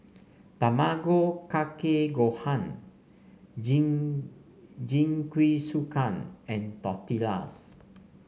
Tamago Kake Gohan Jing Jingisukan and Tortillas